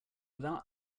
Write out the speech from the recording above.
without